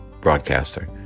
broadcaster